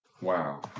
wow